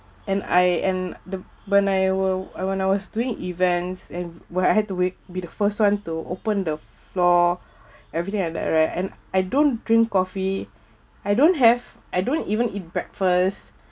and I and the when I were uh when I was doing events and where I had to wake be the first [one] to open the floor everything and that right and I don't drink coffee I don't have I don't even eat breakfast